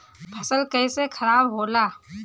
फसल कैसे खाराब होला?